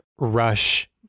rush